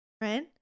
right